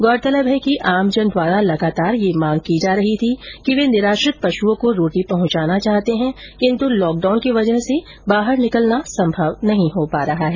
गौरतलब है कि आमजन द्वारा लगातार यह मांग की जा रही थी कि वे निराश्रित पशुओं को रोटी पहुंचाना चाहते हैं किन्तु लॉक डाउन की वजह से बाहर निकलना संभव नहीं हो रहा है